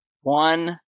one